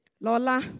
Lola